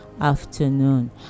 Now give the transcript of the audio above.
afternoon